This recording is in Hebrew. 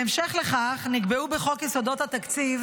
"בהמשך לכך נקבעו בחוק יסודות התקציב